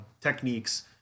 techniques